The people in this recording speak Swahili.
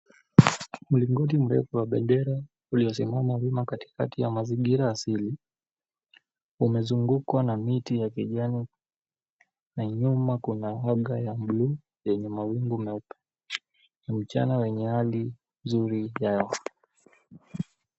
Mlingoti mrefu wa bendera iliyosimama wima kati ya mazingira asili umezungukwa na miti ya kijani na nyuma kuna oga ya buluu yenye mawingu meupe na uchana wenye rangi nzuri yao.